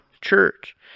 church